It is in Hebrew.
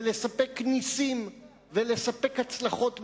ולספק נסים, ולספק הצלחות מהירות.